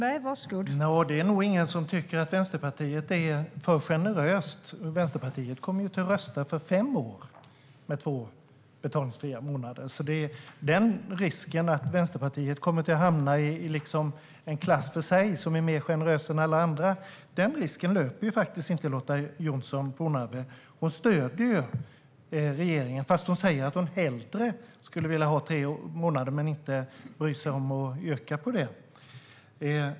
Fru talman! Nå, det är nog ingen som tycker att Vänsterpartiet är för generöst. Vänsterpartiet kommer ju att rösta för fem år med två betalningsfria månader, så Lotta Johnsson Fornarve löper faktiskt inte risk att Vänsterpartiet kommer att hamna i något slags klass för sig där man är mer generös än alla andra. Hon stöder ju regeringen, fastän hon säger att hon hellre skulle vilja ha tre månader. Hon bryr sig inte om att yrka på det.